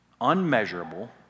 unmeasurable